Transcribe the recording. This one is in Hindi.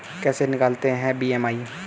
कैसे निकालते हैं बी.एम.आई?